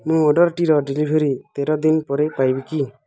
ମୋ ଅର୍ଡ଼ର୍ଟିର ଡ଼େଲିଭରି ତେର ଦିନ ପରେ ପାଇବି କି